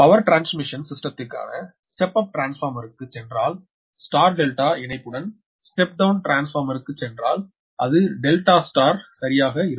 power transmission சிஸ்டத்திற்கான step up டிரான்ஸ்பார்மருக்குச் சென்றால் ஸ்டார் டெல்டா இணைப்புடன் ஸ்டெப் டவுன் டிரான்ஸ்பார்மருக்குச் சென்றால் அது டெல்டா ஸ்டார் சரியாக இருக்கும்